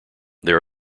there